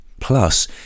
Plus